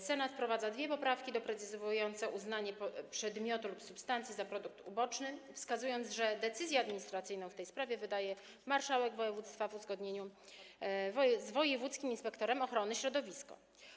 Senat wprowadza dwie poprawki doprecyzowujące sposób uznawania przedmiotu lub substancji za produkt uboczny, wskazując, że decyzję administracyjną w tej sprawie wydaje marszałek województwa w uzgodnieniu z wojewódzkim inspektorem ochrony środowiska.